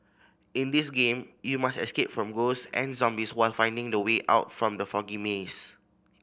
in this game you must escape from ghost and zombies while finding the way out from the foggy maze